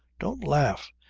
don't laugh.